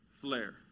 flare